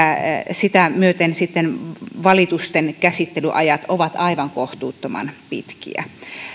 sitä myöten sitten valitusten käsittelyajat ovat aivan kohtuuttoman pitkiä